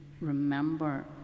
remember